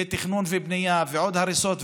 תכנון ובנייה ועוד הריסות.